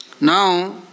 Now